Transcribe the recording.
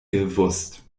gewusst